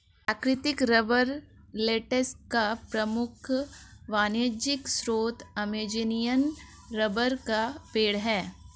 प्राकृतिक rubber latex का प्रमुख वाणिज्यिक स्रोत अमेज़ॅनियन रबर का पेड़ है